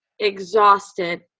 exhausted